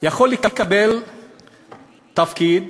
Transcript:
יכול לקבל תפקיד